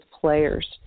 players